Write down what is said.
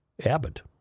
Abbott